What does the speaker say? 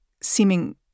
seeming